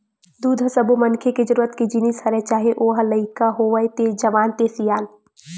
दूद ह सब्बो मनखे के जरूरत के जिनिस हरय चाहे ओ ह लइका होवय ते जवान ते सियान